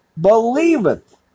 believeth